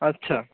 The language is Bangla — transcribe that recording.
আচ্ছা